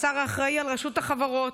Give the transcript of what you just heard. השר האחראי לרשות החברות.